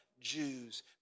Jews